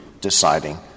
deciding